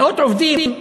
מאות עובדים,